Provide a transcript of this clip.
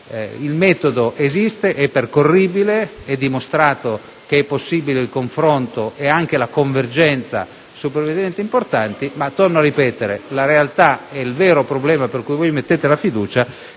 Il metodo esiste, è percorribile, è dimostrato che è possibile il confronto e anche la convergenza su provvedimenti importanti, ma - torno a ripetere - in realtà il vero problema per cui ponete la fiducia